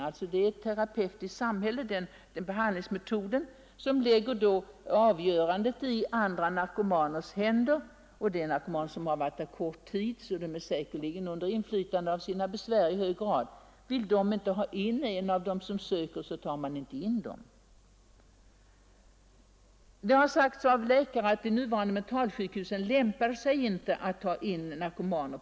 Man tillämpar där en behandlingsmetod med terapeutiskt samhälle som lägger avgörandet i andra narkomaners händer. Ofta har de narkomaner som finns där inte varit intagna mer än en kort tid, varför de säkerligen i hög grad står under inflytande av sina besvär. Och vill inte de som redan finns på vårdavdelningen ha in den som söker sig dit, så tas vederbörande heller inte emot. Läkarna har sagt att våra mentalsjukhus inte lämpar sig för att ta emot narkomaner.